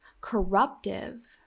corruptive